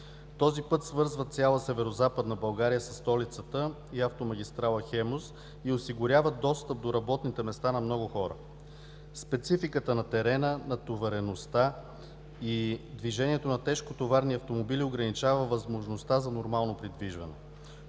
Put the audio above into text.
Този път свързва цяла Северозападна България със столицата и Автомагистрала „Хемус“ и осигурява достъп до работните места на много хора. Спецификата на терена, натовареността и движението на тежкотоварни автомобили ограничават възможността за нормално придвижване.